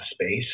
space